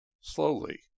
slowly